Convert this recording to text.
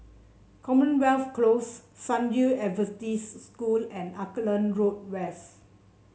Commonwealth Close San Yu Adventist School and Auckland Road West